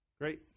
Great